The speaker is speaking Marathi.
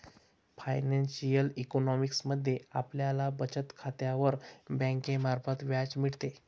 फायनान्शिअल इकॉनॉमिक्स मध्ये आपल्याला बचत खात्यावर बँकेमार्फत व्याज मिळते